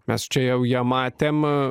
mes čia jau ją matėm